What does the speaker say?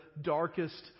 darkest